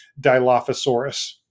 Dilophosaurus